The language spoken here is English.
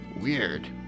weird